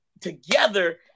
together